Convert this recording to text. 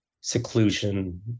seclusion